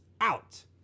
out